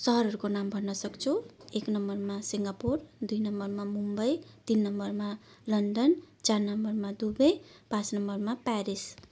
सहरहरूको नाम भन्नसक्छु एक नम्बरमा सिङ्गापुर दुई नम्बरमा मुम्बई तिन नम्बरमा लन्डन चार नम्बरमा दुबई पाँच नम्बरमा पेरिस